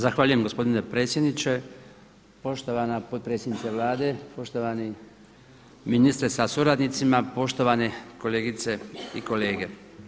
Zahvaljujem gospodine predsjedniče, poštovana potpredsjednice Vlade, poštovani ministre sa suradnicima, poštovane kolegice i kolege.